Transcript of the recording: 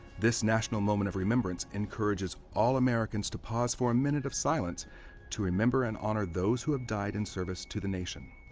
this national moment of remembrance encourages all americans to pause for a minute of silence to remember and honor those who have died in service to the nation.